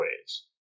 ways